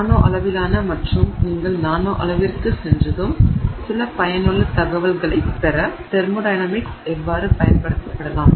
நானோ அளவிலான மற்றும் நீங்கள் நானோ அளவிற்குச் சென்றதும் சில பயனுள்ள தகவல்களைப் பெற தெர்மோடையனமிக்ஸ் எவ்வாறு பயன்படுத்தப்படலாம்